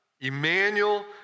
Emmanuel